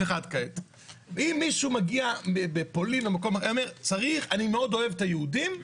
אם מישהו מגיע בפולין אומר אני מאוד אוהב את היהודים,